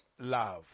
love